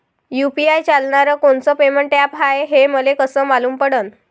UPI चालणारं कोनचं payment app हाय, हे मले कस मालूम पडन?